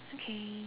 okay